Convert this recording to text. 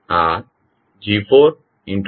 તેથી આ G4sG5sH3s બનશે